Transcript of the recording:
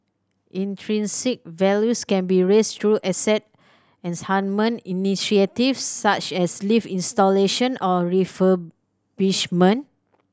intrinsic values can be raised through asset initiatives such as lift installation or refurbishment